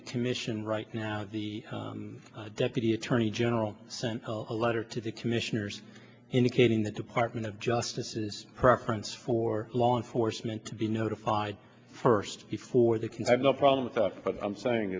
the commission right now the deputy attorney general sent a letter to the commissioners indicating the department of justice is preference for law enforcement to be notified first before they can have no problem with us but i'm saying